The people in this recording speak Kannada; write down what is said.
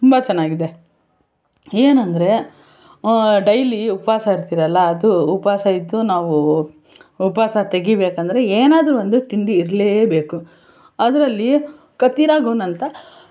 ತುಂಬ ಚೆನ್ನಾಗಿದೆ ಏನಂದರೆ ಡೈಲಿ ಉಪವಾಸ ಇರ್ತೀರಲ್ಲ ಅದು ಉಪವಾಸ ಇದ್ದು ನಾವು ಉಪವಾಸ ತೆಗಿಬೇಕಂದ್ರೆ ಏನಾದರೂ ಒಂದು ತಿಂಡಿ ಇರಲೇಬೇಕು ಅದರಲ್ಲಿ ಕತಿರ ಗೋಂದ್ ಅಂತ